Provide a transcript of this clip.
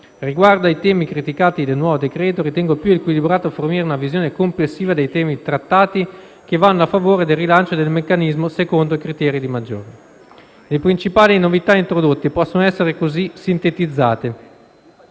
Riguardo ai temi criticati del nuovo decreto, ritengo più equilibrato fornire una visione complessiva dei temi trattati, che vanno a favore del rilancio del meccanismo secondo criteri di maggiore razionalità. Le principali novità introdotte possono essere così sintetizzate.